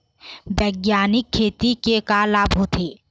बैग्यानिक खेती के का लाभ होथे?